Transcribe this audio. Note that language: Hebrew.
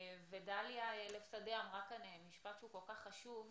דליה לב שדה אמרה כאן משפט שהוא כל כך חשוב,